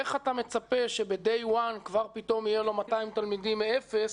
איך אתה מצפה שביום הראשון כבר יהיו לו 200 תלמידים מאפס?